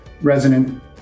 resonant